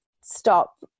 stop